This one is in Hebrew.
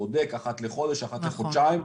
בודק אחת לחודש או אחת לחודשיים,